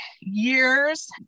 years